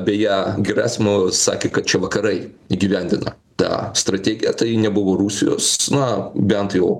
beje gresmovas sakė kad čia vakarai įgyvendina tą strategiją tai nebuvo rusijos na bent jau